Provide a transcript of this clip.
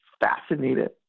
fascinated